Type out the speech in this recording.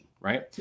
Right